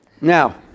Now